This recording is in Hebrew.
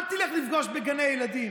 אל תלך לפגוש בגני ילדים,